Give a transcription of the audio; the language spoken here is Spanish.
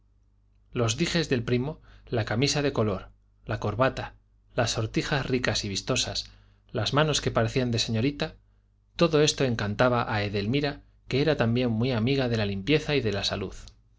los dijes del primo la camisa de color la corbata las sortijas ricas y vistosas las manos que parecían de señorita todo esto encantaba a edelmira que era también muy amiga de la limpieza y de la salud